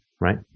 right